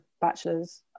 bachelor's